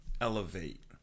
Elevate